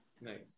nice